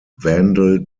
vandal